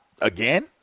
again